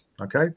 okay